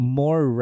more